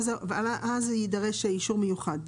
יידרש אישור מראש.